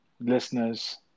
listeners